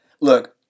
look